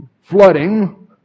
flooding